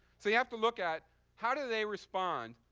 so you have to look at how do they respond?